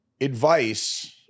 advice